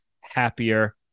happier